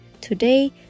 Today